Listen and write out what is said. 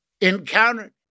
encountered